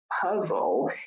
puzzle